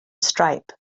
stripe